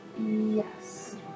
Yes